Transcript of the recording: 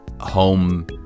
home